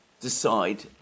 decide